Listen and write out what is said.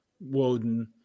Woden